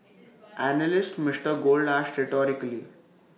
analyst Mister gold asked rhetorically